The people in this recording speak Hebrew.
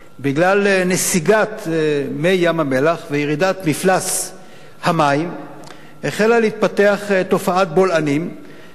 בגלל נסיגת מי ים-המלח וירידת מפלס המים החלה להתפתח תופעת בולענים,